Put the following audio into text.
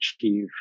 achieve